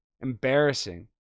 Embarrassing